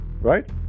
right